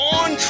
on